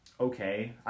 okay